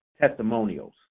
testimonials